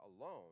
alone